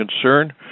concern